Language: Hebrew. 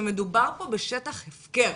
שמדובר פה בשטח הפקר.